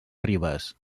ribes